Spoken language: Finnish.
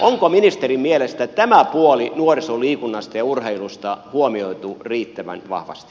onko ministerin mielestä tämä puoli nuorisoliikunnasta ja urheilusta huomioitu riittävän vahvasti